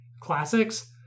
classics